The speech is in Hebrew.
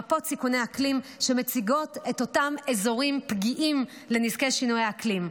מפות סיכוני אקלים שמציגות את אותם אזורים פגיעים לנזקי שינויי האקלים: